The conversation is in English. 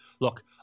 Look